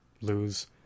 lose